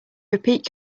repeat